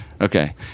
Okay